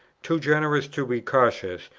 too generous to be cautious,